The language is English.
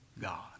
God